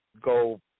go